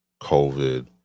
covid